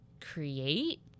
create